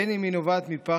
בין אם היא נובעת מפחד,